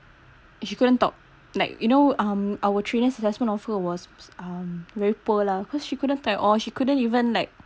she couldn't talk like you know um our trainers assessment of her was um very poor lah cause she couldn't talk at all she couldn't even like